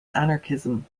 anarchism